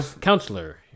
counselor